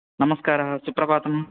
नमस्काराः सुप्रभातं